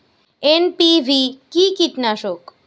NPV কি কীটনাশক?